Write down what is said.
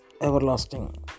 everlasting